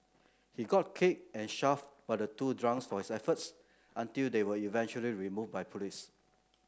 he got kicked and shoved by the two drunks for his efforts until they were eventually removed by police